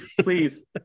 Please